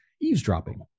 eavesdropping